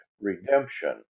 redemption